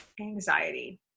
anxiety